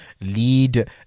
lead